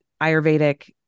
Ayurvedic